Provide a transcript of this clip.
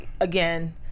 again